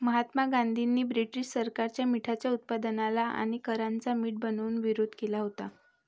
महात्मा गांधींनी ब्रिटीश सरकारच्या मिठाच्या उत्पादनाला आणि करांना मीठ बनवून विरोध केला होता